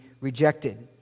rejected